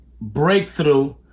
breakthrough